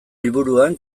liburuan